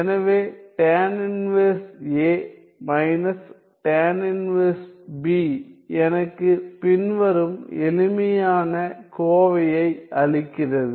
எனவே tan−1a − tan−1b எனக்கு பின்வரும் எளிமையான கோவையை அளிக்கிறது